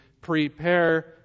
Prepare